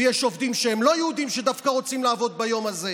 ויש עובדים שהם לא יהודים שדווקא רוצים לעבוד ביום הזה,